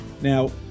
Now